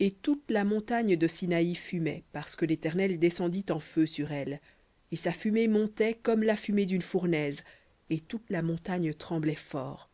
et toute la montagne de sinaï fumait parce que l'éternel descendit en feu sur elle et sa fumée montait comme la fumée d'une fournaise et toute la montagne tremblait fort